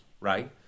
right